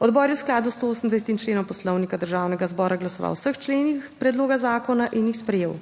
Odbor je v skladu s 128 členom Poslovnika Državnega zbora glasoval o vseh členih predloga zakona in jih sprejel.